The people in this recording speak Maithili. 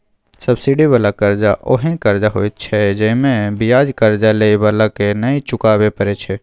सब्सिडी बला कर्जा ओहेन कर्जा होइत छै जइमे बियाज कर्जा लेइ बला के नै चुकाबे परे छै